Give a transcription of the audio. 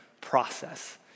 process